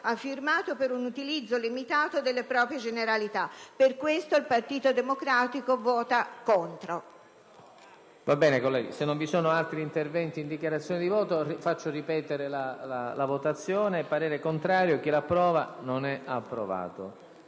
ha firmato per un utilizzo limitato delle proprie generalità. Per questo, il Partito Democratico vota contro